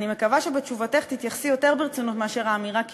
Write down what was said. אני מקווה שבתשובתך תתייחסי יותר ברצינות מאשר האמירה "קשקוש",